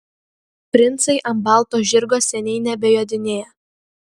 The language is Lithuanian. princai ant balto žirgo seniai nebejodinėja